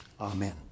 Amen